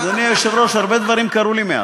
אדוני היושב-ראש, הרבה דברים קרו לי מאז,